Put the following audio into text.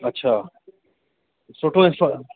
अच्छा सुठो हिसो आहे